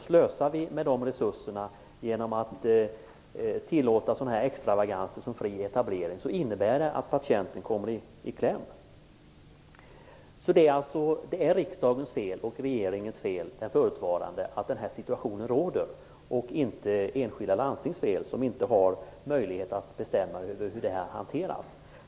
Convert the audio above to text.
Slösar vi med de resurserna genom att tillåta en sådan extravagans som den fria etableringen, så kommer patienten i kläm. Det är alltså riksdagens och den förutvarande regeringens fel att nämnda situation råder. Det är inte enskilda landstings fel att det är så. De har ju inte möjlighet att bestämma över hur detta hanteras.